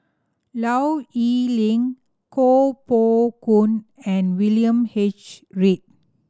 Low Yen Ling Koh Poh Koon and William H Read